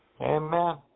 Amen